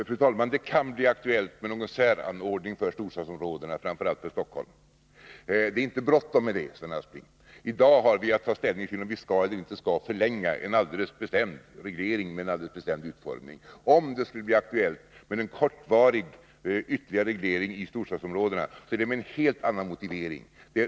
Fru talman! Det kan bli aktuellt med någon säranordning för storstadsområdena, framför allt för Stockholm. Det är inte bråttom med det, Sven Aspling. I dag har vi att ta ställning till om vi skall — eller inte skall — förlänga en alldeles bestämd reglering med en alldeles bestämd utformning. Om det skulle bli aktuellt med en kortvarig ytterligare reglering i storstadsområdena, så är det med en helt annan motivering.